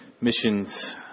missions